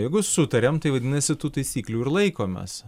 jeigu sutarėm tai vadinasi tų taisyklių ir laikomės